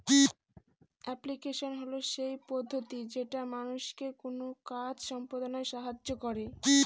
application হল সেই পদ্ধতি যেটা মানুষকে কোনো কাজ সম্পদনায় সাহায্য করে